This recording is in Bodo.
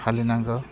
फालिनांगौ